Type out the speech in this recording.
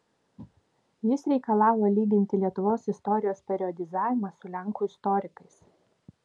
jis reikalavo lyginti lietuvos istorijos periodizavimą su lenkų istorikais